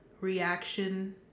reaction